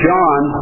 John